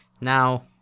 Now